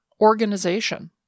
organization